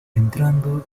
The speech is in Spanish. entrando